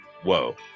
Whoa